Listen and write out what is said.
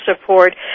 support